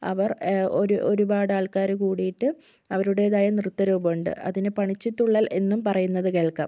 അവർ ഒരു ഒരുപാടാൾക്കാർ കൂടിയിട്ട് അവരുടേതായ നൃത്തരൂപമുണ്ട് അതിനെ പണിച്ചിത്തുള്ളൽ എന്നും പറയുന്നത് കേൾക്കാം